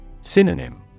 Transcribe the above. Synonym